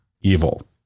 evil